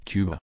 Cuba